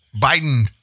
Biden